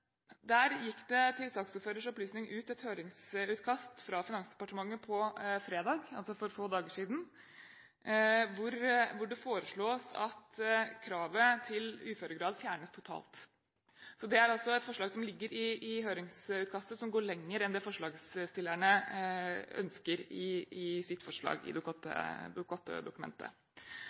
Det gikk, til saksordførers opplysning, ut et høringsutkast fra Finansdepartementet på fredag, altså for få dager siden, hvor det foreslås at kravet til uføregrad fjernes totalt. Det er altså et forslag som ligger i høringsutkastet som går lenger enn forslagsstillerne ønsker i sitt